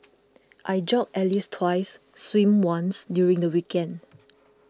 I jog at least twice swim once during the weekend